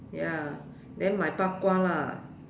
ya then my bak-kwa lah